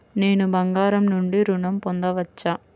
నేను బంగారం నుండి ఋణం పొందవచ్చా?